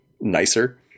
nicer